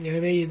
எனவே இது